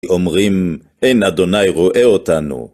אומרים, אין אדוני רואה אותנו.